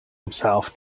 himself